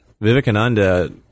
Vivekananda